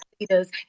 leaders